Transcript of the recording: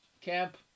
camp